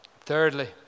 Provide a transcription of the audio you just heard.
Thirdly